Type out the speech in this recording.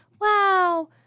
wow